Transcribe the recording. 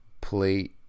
Plate